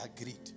agreed